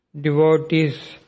Devotees